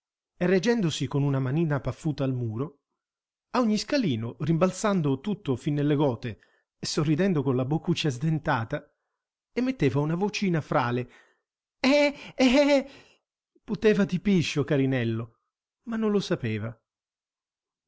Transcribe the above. e reggendosi con una manina paffuta al muro a ogni scalino rimbalzando tutto fin nelle gote e sorridendo con la boccuccia sdentata emetteva una vocina frale e-èh puteva di piscio carinello ma non lo sapeva